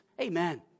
Amen